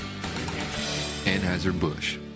Anheuser-Busch